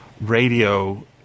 radio